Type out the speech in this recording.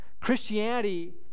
Christianity